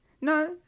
no